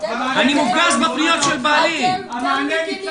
אני מופגז בפניות מבעלי פעוטונים.